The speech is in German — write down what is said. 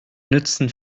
nützen